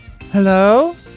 Hello